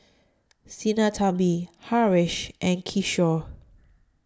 Sinnathamby Haresh and Kishore